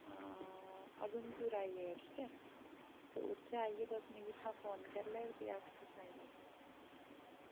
हां उधमपुर आई जाएओ ठीक ऐ ते इत्थें आइयै तुस इत्थां मिगी फोन करी लैएओ ते फ्ही अंऊ तुसेंगी सनाई लैगी